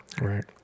Right